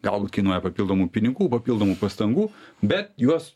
galbūt kainuoja papildomų pinigų papildomų pastangų bet juos